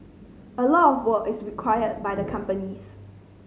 a lot of work is required by the companies